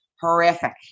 Horrific